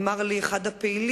אמר לי אחד הפעילים,